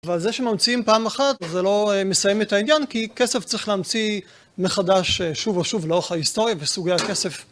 ועל זה שממציאים פעם אחת, זה לא מסיים את העניין, כי כסף צריך להמציא מחדש שוב ושוב לאורך ההיסטוריה בסוגי הכסף.